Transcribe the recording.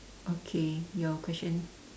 okay your question